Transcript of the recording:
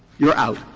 you are out.